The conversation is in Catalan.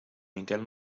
miquel